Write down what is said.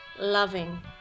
Loving